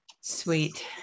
sweet